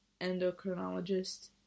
endocrinologist